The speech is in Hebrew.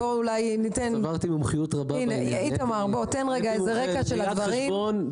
בוא נשמע את איתמר נותן רקע לדברים.